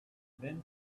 been